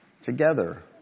together